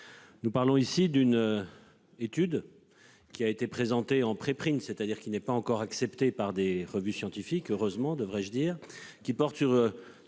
Nous parlons ici d'une. Étude. Qui a été présenté en preprint c'est-à-dire qu'il n'est pas encore acceptée par des revues scientifiques. Heureusement, devrais-je dire, qui porte sur